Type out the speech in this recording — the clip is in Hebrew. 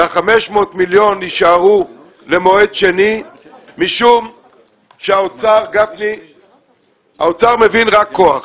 וה-500 מיליון שקלים יישארו למועד שני משום שהאוצר מבין רק כוח.